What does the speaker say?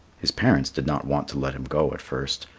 his parents did not want to let him go at first,